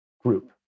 group